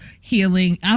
healing